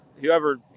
whoever